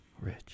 Rich